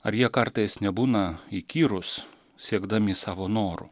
ar jie kartais nebūna įkyrūs siekdami savo norų